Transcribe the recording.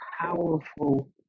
powerful